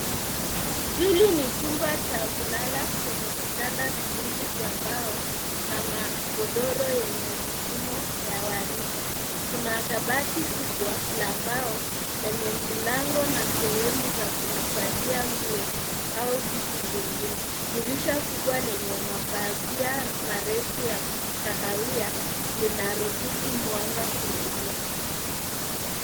Hili ni chumba cha kulala chenye vitanda viwili vya mbao na magodoro yenye mifumo ya waridi . Kuna kabati kubwa la mbao lenye milango na sehemu za kuhifadhia nguo au vitu vingine . Dirisha kubwa lenye mapazia marefu ya kahawia , linaruhusu mwanga kuingia.